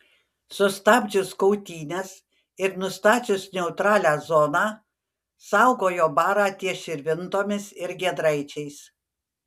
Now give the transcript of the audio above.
sustabdžius kautynes ir nustačius neutralią zoną saugojo barą ties širvintomis ir giedraičiais